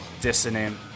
dissonant